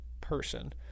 person